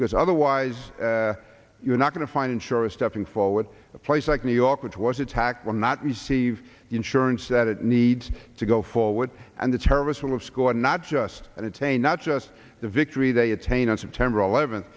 because otherwise you're not going to find insurance stepping forward a place like new york which was attacked will not receive insurance that it needs to go forward and the terrorists will score not just and it's a not just the victory they attain on september eleventh